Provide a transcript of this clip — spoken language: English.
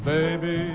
baby